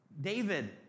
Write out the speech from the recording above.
David